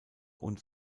und